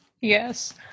yes